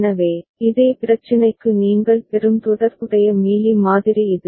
எனவே இதே பிரச்சினைக்கு நீங்கள் பெறும் தொடர்புடைய மீலி மாதிரி இது